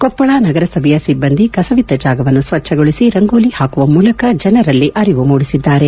ಕೊಪ್ಪಳ ನಗರಸಭೆಯ ಸಿಬ್ಬಂದಿ ಕಸವಿದ್ದ ಜಾಗವನ್ನು ಸ್ವಚ್ಛಗೊಳಿಸಿ ರಂಗೋಲಿ ಹಾಕುವ ಮೂಲಕ ಜನರಲ್ಲಿ ಅರಿವು ಮೂಡಿಸಿದ್ದಾರೆ